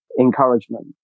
encouragement